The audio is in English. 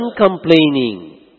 uncomplaining